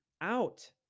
out